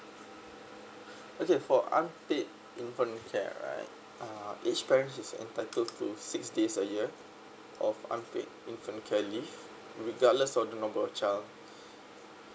okay for unpaid infant care right uh each parent is entitled to six days a year of unpaid infant care leave regardless of the number of child